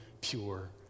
pure